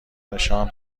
نشان